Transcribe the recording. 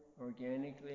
organically